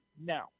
Now